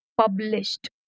published